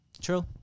True